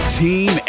team